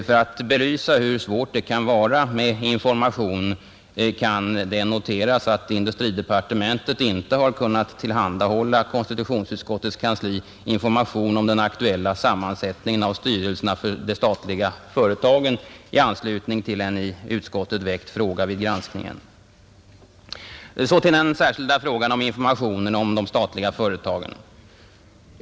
För att belysa hur svårt det kan vara med information kan det noteras att industridepartementet inte har kunnat tillhandahålla konstitutionsutskottets kansli information om den aktuella sammansättningen av styrelserna för de statliga företagen i anslutning till en väckt fråga vid granskningen. Så till den särskilda frågan om information om de statliga företagen.